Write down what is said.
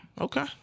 Okay